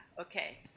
okay